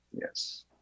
Yes